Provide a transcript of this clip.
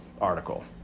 article